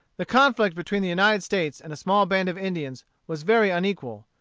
the conflict between the united states and a small band of indians was very unequal.